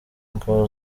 ingabo